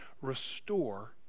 restore